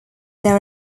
there